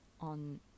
on